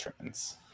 trends